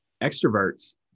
extroverts